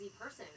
person